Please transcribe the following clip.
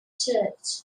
church